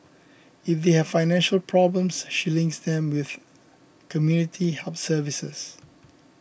if they have financial problems she links them with community help services